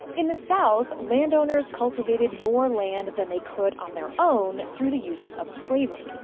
in the south, landowners cultivated more land than they could on their own through the use of slavery.